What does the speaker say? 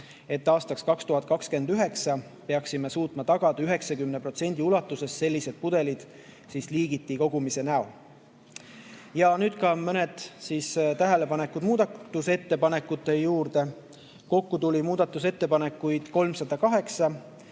Aastaks 2029 peaksime suutma tagada 90% ulatuses selliste pudelite liigiti kogumise. Ja nüüd ka mõned tähelepanekud muudatusettepanekute kohta. Kokku tuli muudatusettepanekuid 308,